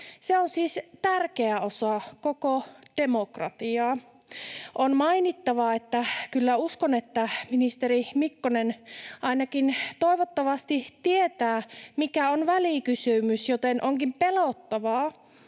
Se on siis tärkeä osa koko demokratiaa. On mainittava, että kyllä uskon, että ministeri Mikkonen, ainakin toivottavasti, tietää, mikä on välikysymys, joten onkin pelottavaa,